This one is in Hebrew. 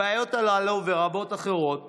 הבעיות הללו ורבות אחרות